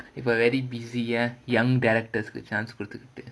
if you are very busy ya young directors ku chance கொடுத்துக்கிட்டு:koduthukitu